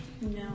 No